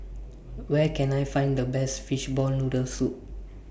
Where Can I Find The Best Fishball Noodle Soup